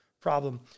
problem